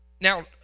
Now